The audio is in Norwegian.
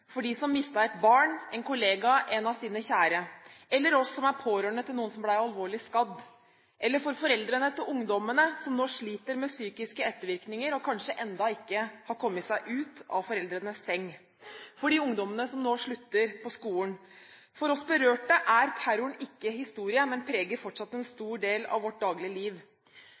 for de fleste. For mange er likevel ikke livet som før. For dem som mistet et barn, en kollega, en av sine kjære, eller for oss som er pårørende til noen som ble alvorlig skadd, eller for foreldrene til ungdommene som nå sliter med psykiske ettervirkninger og kanskje enda ikke har kommet seg ut av foreldrenes seng, for de ungdommene som nå slutter på skolen – for oss berørte er terroren ikke historie, men preger fortsatt en stor del av